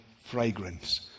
fragrance